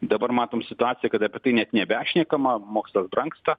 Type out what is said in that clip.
dabar matom situaciją kad apie tai net nebešnekama mokslas brangsta